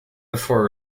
before